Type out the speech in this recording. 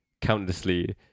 countlessly